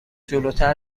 جلوتر